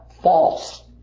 False